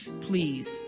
please